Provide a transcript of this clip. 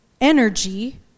energy